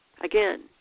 again